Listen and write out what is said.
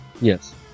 Yes